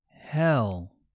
hell